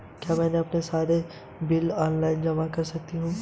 क्या मैं अपने सारे बिल ऑनलाइन जमा कर सकती हूँ?